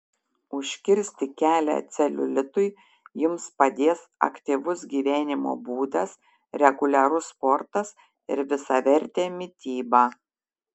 užkirsti kelią celiulitui jums padės aktyvus gyvenimo būdas reguliarus sportas ir visavertė mityba